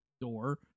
door